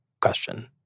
question